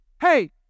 Hey